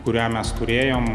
kurią mes turėjom